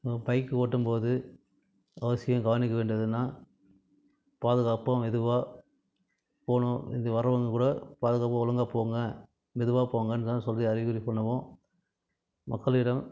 bike ஓட்டும்போது அவசியம் கவனிக்க வேண்டியதுன்னால் பாதுகாப்பாக மெதுவாக போகணும் இது வர்றவங்க கூட பாதுகாப்பாக ஒழுங்காக போங்க மெதுவாக போங்கன்னு தான் சொல்லி அறிகுறி பண்ணுவோம் மக்களிடம்